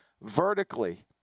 vertically